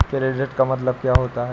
Credit का मतलब क्या होता है?